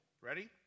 ready